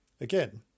Again